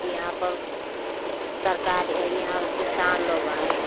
यहाँ पर सरकार यहाँ किसान लोग हैं